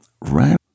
Right